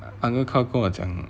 uncle karl 跟我讲